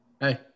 Hey